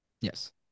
Yes